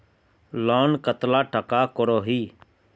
Loan कतला टाका करोही?